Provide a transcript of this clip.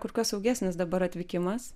kur kas saugesnis dabar atvykimas